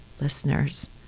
listeners